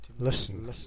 Listen